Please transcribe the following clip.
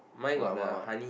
what what what